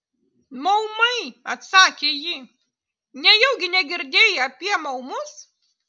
maumai atsakė ji nejaugi negirdėjai apie maumus